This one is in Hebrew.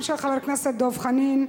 גם של חבר הכנסת דב חנין,